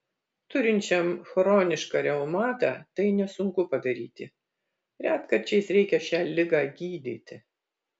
turinčiam chronišką reumatą tai nesunku padaryti retkarčiais reikia šią ligą gydyti